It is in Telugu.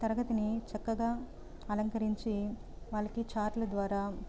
తరగతిని చక్కగా అలంకరించి వాళ్ళకి చార్టుల ద్వారా